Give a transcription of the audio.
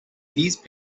these